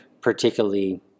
particularly